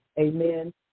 Amen